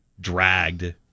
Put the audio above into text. dragged